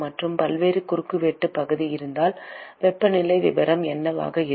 மற்றும் பல்வேறு குறுக்குவெட்டு பகுதி இருந்தால் வெப்பநிலை விவரம் என்னவாக இருக்கும்